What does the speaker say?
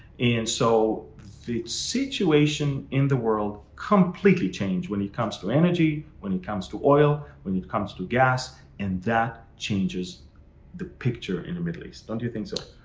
and so the situation in the world completely changed when it comes to energy, when it comes to oil, when it comes to gas and that changes the picture in the middle east. don't you think so?